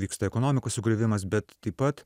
vyksta ekonomikos sugriovimas bet taip pat